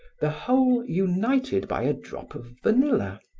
the whole united by a drop of vanilla.